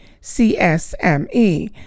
CSME